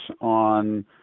on